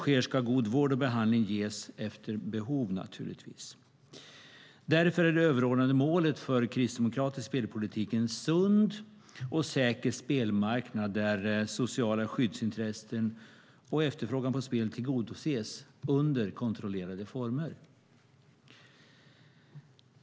Därför är det överordnade målet för Kristdemokraternas spelpolitik en sund och säker spelmarknad där sociala skyddsintressen och efterfrågan på spel tillgodoses under kontrollerade former.